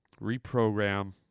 reprogram